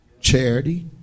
charity